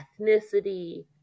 ethnicity